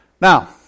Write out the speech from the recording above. Now